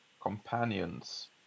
companions